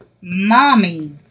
Mommy